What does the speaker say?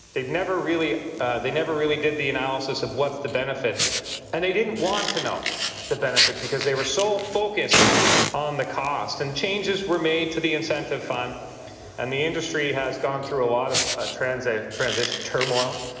they had never really they never really did the analysis of what the benefit and they didn't want to know the benefit, because they were so focused on the cost. and changes were made to the incentive fund and the industry had gone through lot of transition transition turmoil.